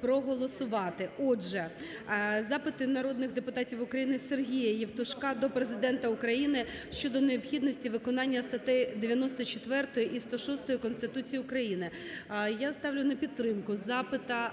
проголосувати. Отже, запити народних депутатів України. Сергія Євтушка до Президента України щодо необхідності виконання статей 94 і 106 Конституції України. Я ставлю на підтримку запита,